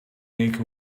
make